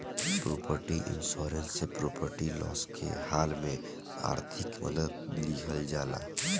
property insurance से property loss के हाल में आर्थिक मदद लीहल जाला